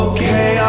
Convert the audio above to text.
Okay